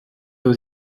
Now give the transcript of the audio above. aux